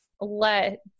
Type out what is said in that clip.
let